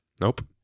Nope